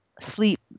sleep